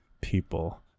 people